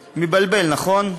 מבלבל, נכון?